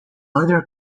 other